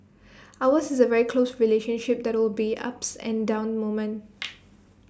ours is A very close relationship that will be ups and down moments